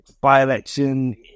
By-election